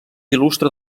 il·lustre